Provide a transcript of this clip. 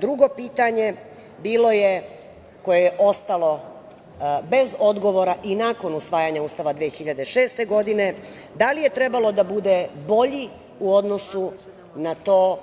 Drugo pitanje, koje je ostalo bez odgovora i nakon usvajanja Ustava 2006. godine, bilo je – da li je trebalo da bude bolji u odnosu na to